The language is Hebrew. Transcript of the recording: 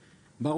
7.40,